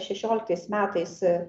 šešioliktais metais